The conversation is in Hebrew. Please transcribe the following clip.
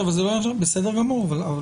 בסדר גמור.